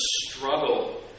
struggle